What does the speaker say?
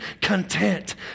content